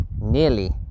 nearly